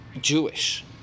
Jewish